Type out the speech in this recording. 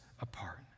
apart